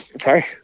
Sorry